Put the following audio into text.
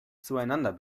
zueinander